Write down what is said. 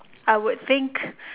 I would think